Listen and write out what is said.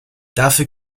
dafür